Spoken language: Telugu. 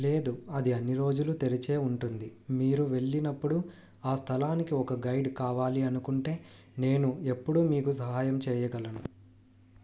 లేదు అది అన్ని రోజులు తెరిచే ఉంటుంది మీరు వెళ్ళినప్పుడు ఆ స్థలానికి ఒక గైడ్ కావాలి అనుకుంటే నేను ఎప్పుడూ మీకు సహాయం చెయ్యగలను